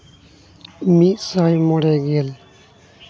ᱢᱤᱫ ᱥᱟᱭ ᱢᱚᱬᱮᱜᱮᱞ